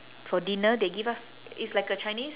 for dinner they give us it's like a chinese